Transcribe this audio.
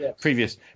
previous